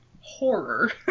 horror